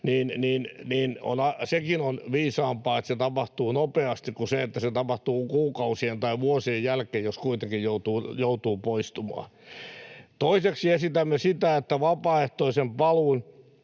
niin sekin on viisaampaa, että se tapahtuu nopeasti, kuin se, että se tapahtuu kuukausien tai vuosien jälkeen, jos kuitenkin joutuu poistumaan. Toiseksi esitämme sitä, että vapaaehtoisen paluun